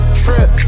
trip